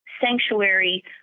sanctuary